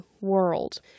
world